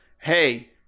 hey